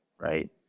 right